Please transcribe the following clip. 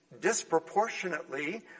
disproportionately